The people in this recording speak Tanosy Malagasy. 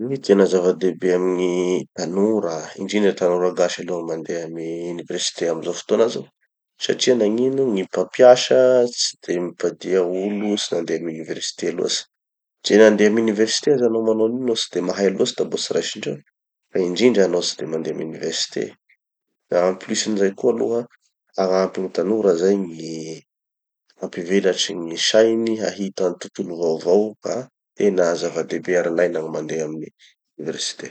-ny tena zava-dehibe amy gny tanora, indrindra tanora gasy aloha gny mandeha amy Université amizao fotoana zao. Satria nagnino? Gny mpampiasa tsy de mipadia olo tsy nandeha amy université loatsy. Ndre nandeha amy université aza hanao manao anio no tsy de mahay loatsy da mbo tsy raisindreo, fa indrindra hanao tsy mandeha amy université. En plus n'izay koa aloha, hagnampy gny tanora zay gny hampivelatry gny sainy, hahitany tontolo vaovao ka tena zava-dehibe ary ilaina gny mandeha amy gny université.